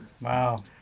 Wow